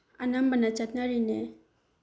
ꯑꯅꯝꯕꯅ ꯆꯠꯅꯔꯤꯅꯦ